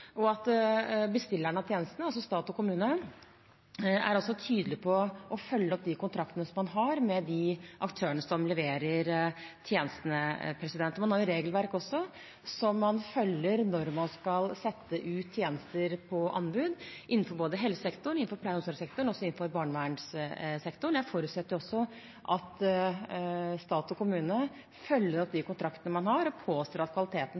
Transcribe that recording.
og at bestillerne av tjenestene, altså stat og kommune, er tydelige på å følge opp de kontraktene man har med de aktørene som leverer tjenestene. Man har også regelverk som man følger når man skal sette tjenester ut på anbud, innenfor både helsesektoren, pleie- og omsorgssektoren og barnevernssektoren. Jeg forutsetter også at stat og kommune følger opp de kontraktene man har, og påser at kvaliteten